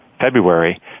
February